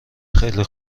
خیلی